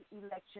election